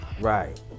Right